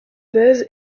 buzz